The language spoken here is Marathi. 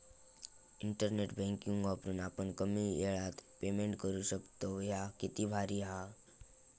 इंटरनेट बँकिंग वापरून आपण कमी येळात पेमेंट करू शकतव, ह्या किती भारी हां